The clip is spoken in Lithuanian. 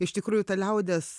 iš tikrųjų ta liaudies